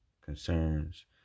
concerns